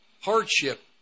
hardship